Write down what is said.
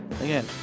Again